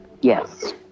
Yes